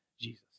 Jesus